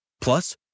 Plus